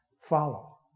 follow